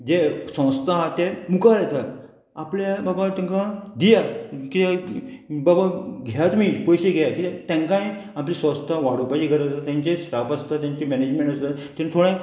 जे संस्था आहा ते मुखार येतात आपल्या बाबा तांकां दिया कित्याक बाबा घेया तुमी पयशे घेया किद्याक तांकांय आपली संस्था वाडोवपाची गरज आसता तांचे स्ट्राफ आसता तांचे मॅनेजमेंट आसता ते थोडे